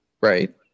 Right